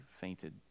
fainted